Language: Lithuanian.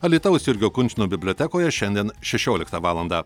alytaus jurgio kunčino bibliotekoje šiandien šešioliktą valandą